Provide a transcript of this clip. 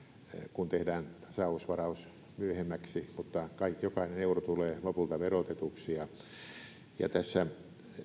kun tehdään tasausvaraus myöhemmäksi mutta kai jokainen euro tulee lopulta verotetuksi